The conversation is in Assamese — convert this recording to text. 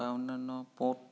বা অন্যান্য পোক